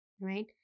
right